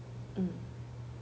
mm